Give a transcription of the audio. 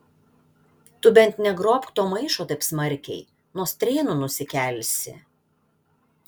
tu bent negrobk to maišo taip smarkiai nuo strėnų nusikelsi